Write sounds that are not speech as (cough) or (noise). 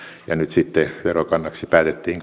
ja nyt sitten verokannaksi päätettiin (unintelligible)